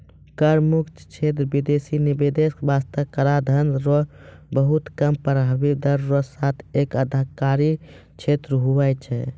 कर मुक्त क्षेत्र बिदेसी निवेशक बासतें कराधान रो बहुत कम प्रभाबी दर रो साथ एक अधिकार क्षेत्र हुवै छै